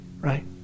right